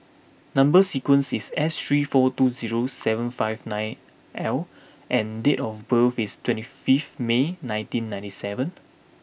number sequence is S three four two zero seven five nine L and date of birth is twenty fifth May nineteen ninety seven